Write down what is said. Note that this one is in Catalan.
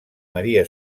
maria